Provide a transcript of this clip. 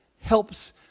helps